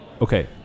okay